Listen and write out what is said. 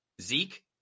Zeke